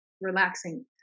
relaxing